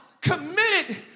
committed